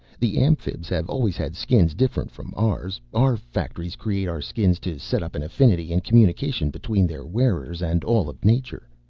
the amphibs have always had skins different from ours. our factories create our skins to set up an affinity and communication between their wearers and all of nature.